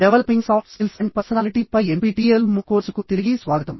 developing soft skills and personality పై NPTEL MOOC కోర్సుకు తిరిగి స్వాగతం